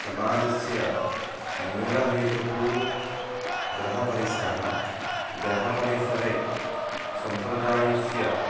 समाजस्य मूलहेतुः गृहपरिसरः गृहपरिसरे सम्प्रदायस्य